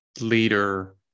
leader